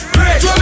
rich